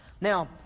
Now